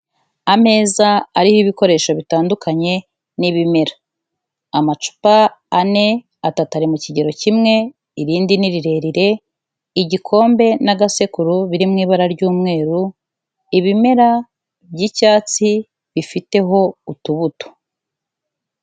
Ameza ariho ibikoresho bitandukanye n'ibimera, amacupa ane, atatu ari mu kigero kimwe, irindi ni rirerire, igikombe n'agasekuru birimo ibara ry'umweru, ibimera by'icyatsi bifiteho utubuto.